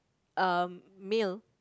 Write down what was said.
um male